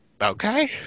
Okay